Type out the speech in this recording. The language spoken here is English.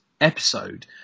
episode